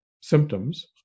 symptoms